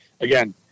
again